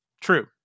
True